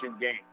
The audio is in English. game